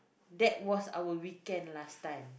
that was our weekend last time